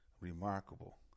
remarkable